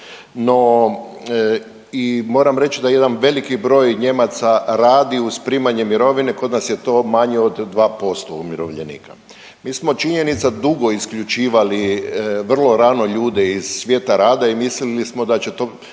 No, i moram reći da jedan veliki broj Nijemaca radi uz primanje mirovine kod nas je to manje od 2% umirovljenika. Mi smo činjenica dugo isključivali vrlo rano ljude iz svijeta rada i mislili smo da će to,